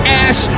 ass